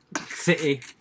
City